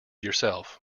yourself